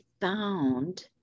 found